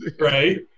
right